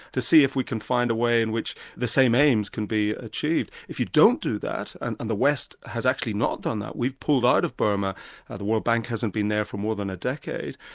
to see if we can find a way in which the same aims can be achieved. if you don't do that, and and the west has actually not done that, we've pulled out of burma the world bank hasn't been there for more than a decade,